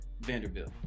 Vanderbilt